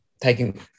taking